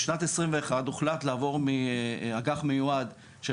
בשנת 2021 הוחלט לעבור מאג"ח מיועד של